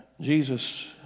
Jesus